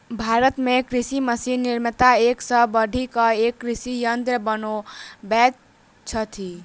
भारत मे कृषि मशीन निर्माता एक सॅ बढ़ि क एक कृषि यंत्र बनबैत छथि